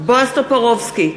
בועז טופורובסקי,